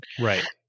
Right